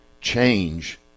Change